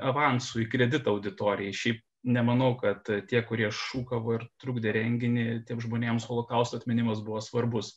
avansu į kreditą auditorijai šiaip nemanau kad tie kurie šūkavo ir trukdė renginį tiem žmonėms holokausto atminimas buvo svarbus